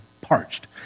parched